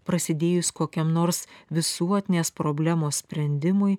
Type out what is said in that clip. prasidėjus kokiam nors visuotinės problemos sprendimui